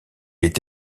est